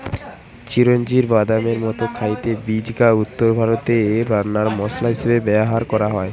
চিরোঞ্জির বাদামের মতো খাইতে বীজ গা উত্তরভারতে রান্নার মসলা হিসাবে ব্যভার হয়